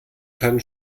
kann